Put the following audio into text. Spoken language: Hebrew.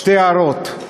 שתי הערות: